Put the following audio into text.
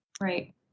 Right